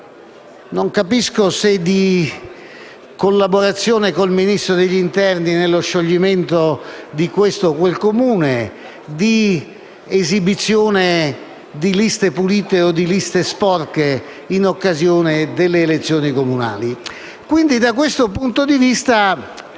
non capisco se di collaborazione con il Ministro dell'interno nello scioglimento di questo o quel Comune, di esibizione di liste pulite o di liste sporche in occasione delle elezioni comunali. Da questo punto di vista,